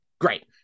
Great